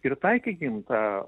ir taikykim tą